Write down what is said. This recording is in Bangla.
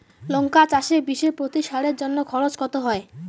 লঙ্কা চাষে বিষে প্রতি সারের জন্য খরচ কত হয়?